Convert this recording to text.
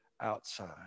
outside